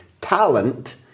Talent